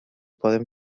poden